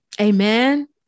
Amen